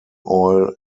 oil